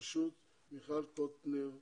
בראשות חברת הכנסת מיכל קוטלר וונש.